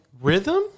Rhythm